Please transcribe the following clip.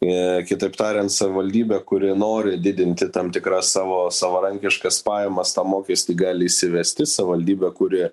i kitaip tariant savivaldybė kuri nori didinti tam tikras savo savarankiškas pajamas tą mokestį gali įsivesti savivaldybė kuri